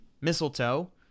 mistletoe